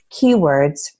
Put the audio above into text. keywords